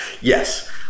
yes